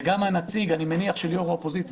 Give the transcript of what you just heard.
וגם הנציג אני מניח של יו"ר האופוזיציה